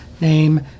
name